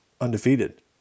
undefeated